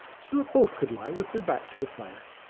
so that both could lie with their back to the fire.